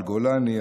על גולני,